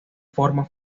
forma